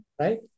right